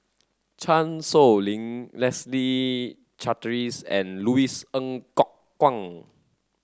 Chan Sow Lin Leslie Charteris and Louis Ng Kok Kwang